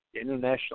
International